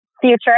future